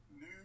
new